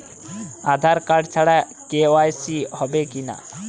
আধার card ছাড়া কে.ওয়াই.সি হবে কিনা?